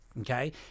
Okay